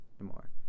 more